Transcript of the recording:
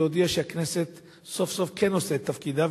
להודיע שהכנסת סוף-סוף כן עושה את תפקידה,